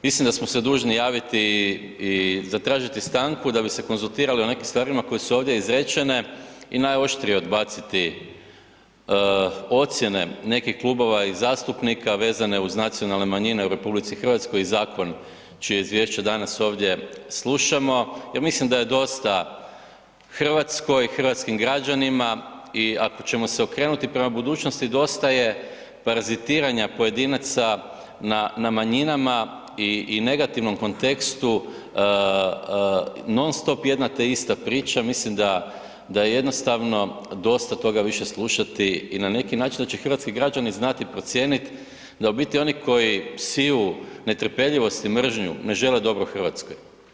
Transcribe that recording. Mislim da smo se dužni javiti i zatražiti stanku da bi se konzultirali o nekim stvarima koje su ovdje izrečene i najoštrije odbaciti ocjene nekih klubova i zastupnika vezane uz nacionalne manjine u RH i zakon čije izvješće danas ovdje slušamo jer mislim da je dosta Hrvatskoj, hrvatskim građanima i ako ćemo se okrenuti budućnosti, dosta je parazitiranja pojedinaca na manjinama i negativnom kontekstu non-stop jedna te ista priča, mislim da jednostavno dosta toga više slušati i na način da će hrvatski građani znati procijeniti da u biti oni koji siju netrpeljivost i mržnju ne žele dobro Hrvatskoj.